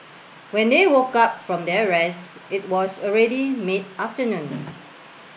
when they woke up from their rest it was already mid afternoon